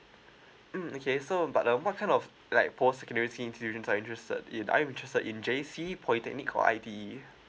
mm okay so but uh what kind of like post community university interested in I'm interested in J_C polytechnic or I_T